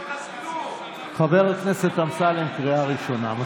חבר הכנסת אמסלם, קריאה ראשונה.